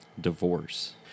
divorce